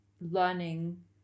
learning